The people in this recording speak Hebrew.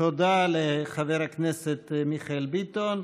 תודה לחבר הכנסת מיכאל ביטון.